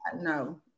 no